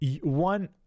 one